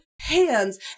hands